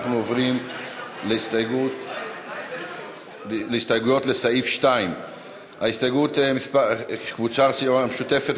אנחנו עוברים להסתייגויות לסעיף 2. קבוצת הרשימה המשותפת,